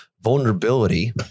vulnerability